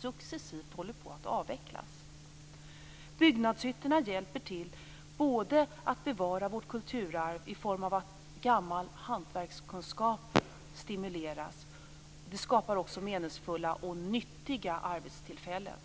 successivt håller på att avvecklas. Byggnadshyttorna hjälper till att bevara vårt kulturarv i form av att gammal hantverkskunskap stimuleras. Det skapar också meningsfulla och nyttiga arbetstillfällen.